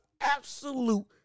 absolute